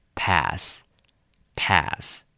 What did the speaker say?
pass,pass